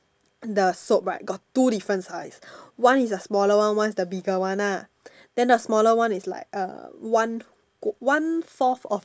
the soap right got two different size one is the smaller one one is the bigger one ah then the small one is like uh one one fourth of